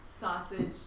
sausage